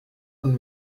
und